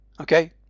Okay